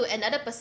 another person